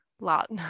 lot